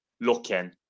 looking